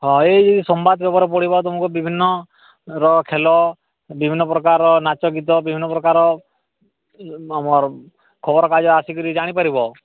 ହଁ ଏହି ସମ୍ବାଦ ପେପର୍ ପଢ଼ିବ ତୁମର ର ଖେଳ ବିଭିନ୍ନ ପ୍ରକାରର ନାଚଗୀତ ବିଭିନ୍ନ ପ୍ରକାରର ଆମର ଖବର କାଗଜ ଆସିକରି ଜାଣିପାରିବ